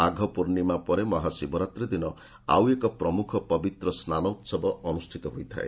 ମାଘପୂର୍ଣ୍ଣିମା ପରେ ମହାଶିବରାତ୍ରି ଦିନ ଆଉ ଏକ ପ୍ରମୁଖ ପବିତ୍ର ସ୍ନାନ ଉସବ ଅନୁଷ୍ଠିତ ହୋଇଥାଏ